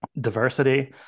diversity